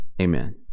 Amen